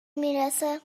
میرسه